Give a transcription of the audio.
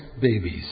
babies